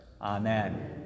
amen